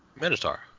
Minotaur